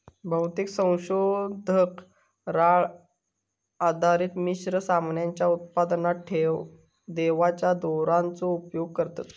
बहुतेक संशोधक राळ आधारित मिश्र सामानाच्या उत्पादनात देठाच्या दोराचो उपयोग करतत